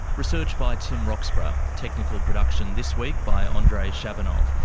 research by tim roxburgh, technical production this week by andrei shabunov,